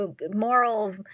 moral